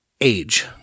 age